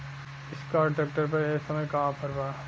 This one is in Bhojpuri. एस्कार्ट ट्रैक्टर पर ए समय का ऑफ़र बा?